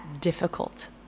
difficult